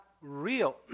real